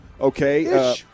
Okay